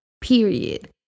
Period